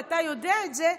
ואתה יודע את זה,